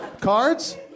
Cards